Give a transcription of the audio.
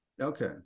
Okay